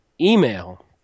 email